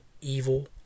evil